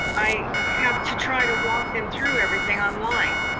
i have to try to walk them through everything online.